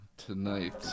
tonight